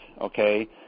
okay